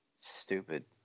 Stupid